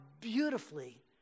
beautifully